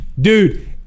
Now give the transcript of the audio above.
Dude